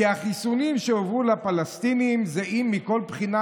"כי החיסונים שהועברו לפלסטינים זהים מכל בחינה